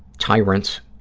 tyrants,